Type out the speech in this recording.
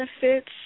benefits